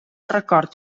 record